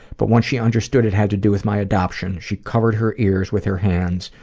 but once she understood it had to do with my adoption, she covered her ears with her hands,